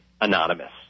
anonymous